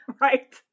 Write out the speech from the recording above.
Right